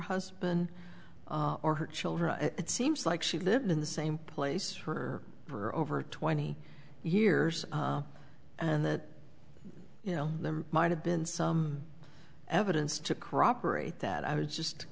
husband or her children it seems like she lived in the same place her for over twenty years and that you know them might have been some evidence to corroborate that i was just